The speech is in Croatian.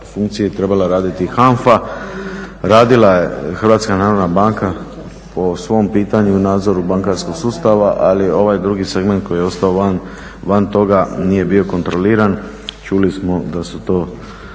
funkciji trebala raditi HANFA, radila je Hrvatska narodna banka po svom pitanju i nadzoru bankarskog sustava, ali ovaj drugi segment koji je ostao van toga nije bio kontroliran. Čuli smo da su to